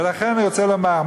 ולכן אני רוצה לומר,